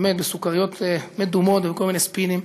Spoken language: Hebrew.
באמת, בסוכריות מדומות ובכל מיני ספינים.